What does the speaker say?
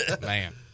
Man